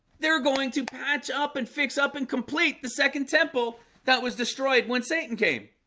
they're going to patch up and fix up and complete the second temple that was destroyed when satan came